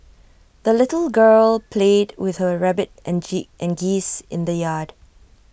the little girl played with her rabbit and G and geese in the yard